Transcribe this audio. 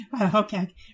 Okay